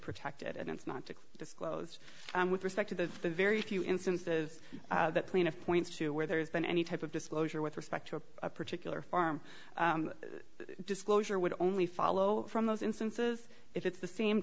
protected and it's not to disclose with respect to the very few instances that plaintiff points to where there's been any type of disclosure with respect to a particular farm disclosure would only follow from those instances if it's the same